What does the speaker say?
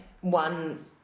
one